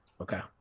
Okay